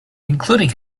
including